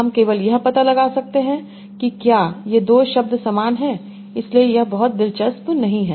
हम केवल यह पता लगा सकते हैं कि क्या ये दो शब्द समान हैं इसलिए यह बहुत दिलचस्प नहीं है